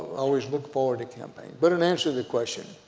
always look forward to campaigns. but in answer to the question,